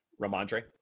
Ramondre